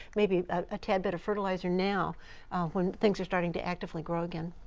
maybe a tad bit of fertilizer now when things are starting to actively grow again.